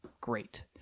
Great